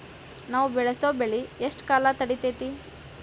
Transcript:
ನಾವು ಬೆಳಸೋ ಬೆಳಿ ಎಷ್ಟು ಕಾಲ ತಡೇತೇತಿ?